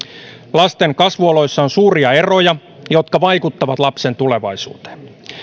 lasten kasvuoloissa on suuria eroja jotka vaikuttavat lapsen tulevaisuuteen